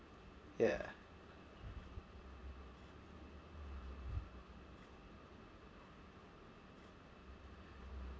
ya